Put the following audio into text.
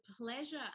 pleasure